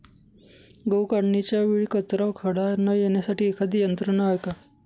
गहू काढणीच्या वेळी कचरा व खडा न येण्यासाठी एखादी यंत्रणा आहे का?